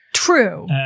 True